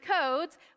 codes